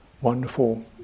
wonderful